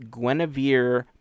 Guinevere